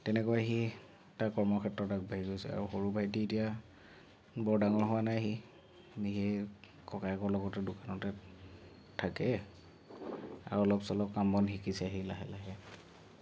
তেনেকৈয়ে সি তাৰ কৰ্মক্ষেত্ৰত আগবাঢ়ি গৈছে আৰু সৰু ভাইটি এতিয়া বৰ ডাঙৰ হোৱা নাই সি সি ককায়েকৰ লগতে দোকানতে থাকে আৰু অলপ চলপ কাম বন শিকিছে সি লাহে লাহে